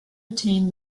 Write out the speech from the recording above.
attain